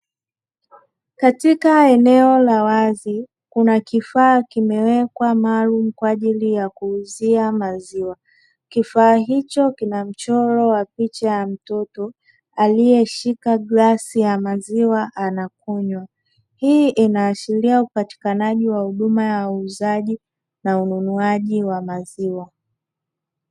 Katika eneo la wazi kuna kifaa kimewekwa maalumu kwa ajili ya kuuza maziwa, kifaa hicho kina mchoro wa picha ya mtoto aliyeshika glasi ya maziwa anakunywa; hii inaashiria hupatikanaji wa huduma ya uuzaji na ununuwaji wa maziwa.